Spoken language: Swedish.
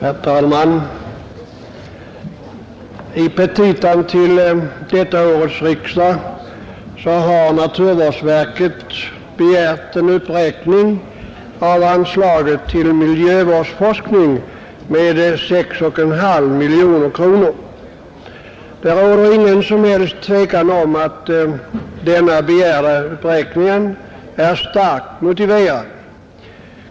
Herr talman! I sina petita till detta års riksdag har naturvårdsverket begärt en uppräkning av anslaget till miljövårdsforskning med 6 500 000 kronor. Det råder inget som helst tvivel om att den begärda uppräkningen är starkt motiverad.